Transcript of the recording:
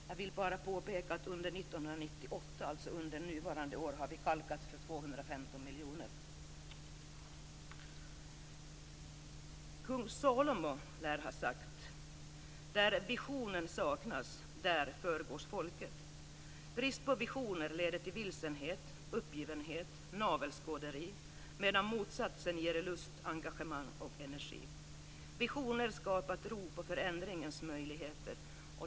Jag vill bara påpeka att under 1998, dvs. under nuvarande år, har vi kalkat för 215 miljoner. Kung Salomo lär ha sagt: "Där visionen saknas, där förgås folket." Brist på visioner leder till vilsenhet, uppgivenhet och navelskåderi, medan motsatsen ger lust engagemang och energi. Visioner skapar tro på förändringens möjligheter.